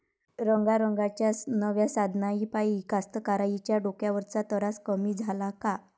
रंगारंगाच्या नव्या साधनाइपाई कास्तकाराइच्या डोक्यावरचा तरास कमी झाला का?